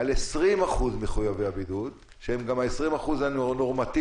אלא על 20% ממחויבי הבידוד שהם גם ה-20% הנורמטיביים.